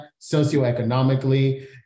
socioeconomically